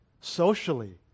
socially